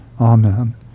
Amen